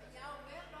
היה אומר?